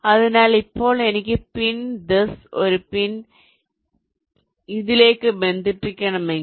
അതിനാൽ ഇപ്പോൾ എനിക്ക് പിൻ ദിസ് ഒരു പിൻ ഇതിലേക്ക് ബന്ധിപ്പിക്കണമെങ്കിൽ